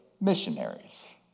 Missionaries